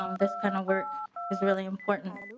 um this kind of work is really important.